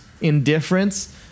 Indifference